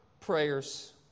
prayers